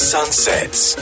Sunsets